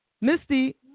Misty